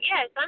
Yes